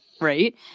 right